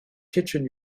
kitchen